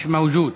לא נמצא.